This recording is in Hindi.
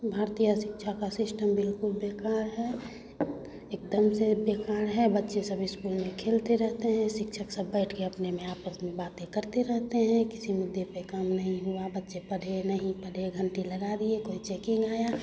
भारतीय शिक्षा का सिस्टम बिल्कुल बेकार है एकदम से बेकार है बच्चे सब इस्कूल में खेलते रहते हैं शिक्षक सब बैठ कर अपने में आपस में बातें करते रहते हैं किसी मुद्दे पे काम नहीं हुआ बच्चे पढ़े नहीं पढ़े घंटी लगा दिए कोई चेकिंग आया